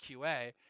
qa